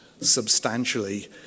substantially